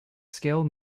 scale